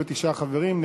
חברים,